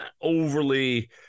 overly